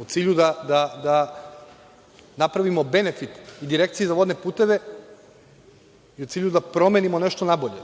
u cilju da napravimo benefit Direkciji za vodne puteve, u cilju da promenimo nešto nabolje.